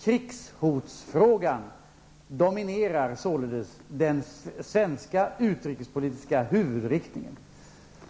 Krigshotsfrågan dominerar således den svenska utrikespolitiska huvudinriktningen.